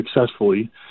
successfully